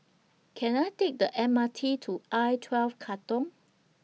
Can I Take The M R T to I twelve Katong